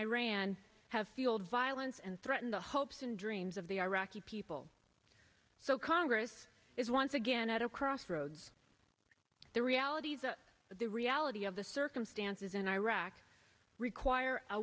iran have fueled violence and threaten the hopes and dreams of the iraqi people so congress is once again at a crossroads the realities the reality of the circumstances in iraq require a